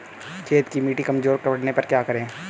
खेत की मिटी कमजोर पड़ने पर क्या करें?